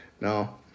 no